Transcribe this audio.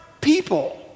people